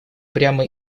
прямо